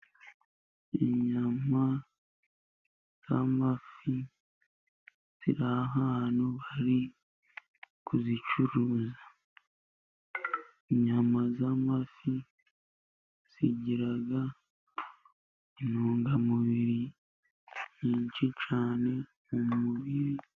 Inyama z'amafi ziri ahantu bari kuzicuruza, inyama z'amafi zigira intungamubiri nyinshi cyane mu mubiri.